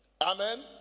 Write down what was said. Amen